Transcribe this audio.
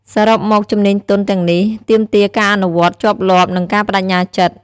សរុបមក ជំនាញទន់ទាំងនេះទាមទារការអនុវត្តជាប់លាប់និងការប្តេជ្ញាចិត្ត។